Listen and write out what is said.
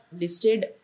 listed